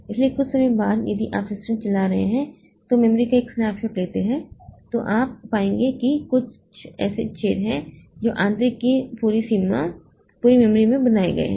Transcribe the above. इसलिए कुछ समय बाद यदि आप सिस्टम चला रहे हैं तो मेमोरी का एक स्नैपशॉट लेते हैं तो आप पाएंगे कि कई ऐसे छेद हैं जो अंतरिक्ष की पूरी मेमोरी में बनाए गए हैं